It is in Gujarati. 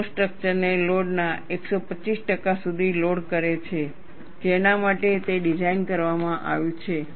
તેઓ સ્ટ્રક્ચરને લોડના 125 ટકા સુધી લોડ કરે છે જેના માટે તે ડિઝાઇન કરવામાં આવ્યું છે